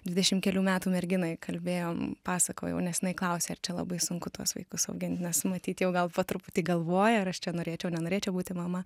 dvidešim kelių metų merginą įkalbėjom pasakojau nes jinai klausė ar čia labai sunku tuos vaikus augint nes matyt jau gal po truputį galvoja ar aš čia norėčiau nenorėčiau būti mama